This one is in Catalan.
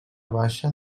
baixa